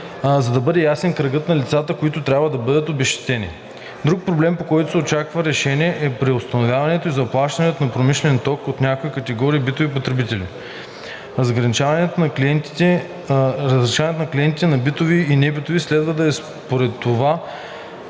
за да бъде ясен кръгът на лицата, които трябва да бъдат обезщетени. Друг проблем, по който се очаква решение, е преустановяване на заплащането на промишлен ток от някои категории битови потребители. Разграничаването на клиентите на битови и небитови следва да е според това